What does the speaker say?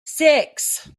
six